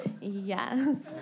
Yes